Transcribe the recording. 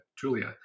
Julia